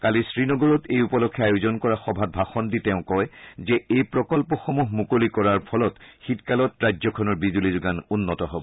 কালি শ্ৰীনগৰত এই উপলক্ষে আয়োজন কৰা সভাত ভাষণ দি তেওঁ কয় যে এই প্ৰকল্পসমূহ মুকলি কৰাৰ ফলত শীতকালত ৰাজ্যখনৰ বিজলী যোগান উন্নত হ'ব